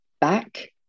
back